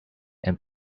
and